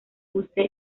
dulce